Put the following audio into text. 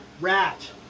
Rat